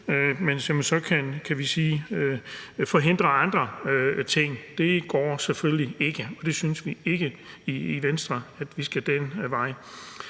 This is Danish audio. som så kan forhindre andre ting? Det går selvfølgelig ikke, og den vej synes vi i Venstre ikke vi skal gå. Men